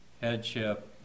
headship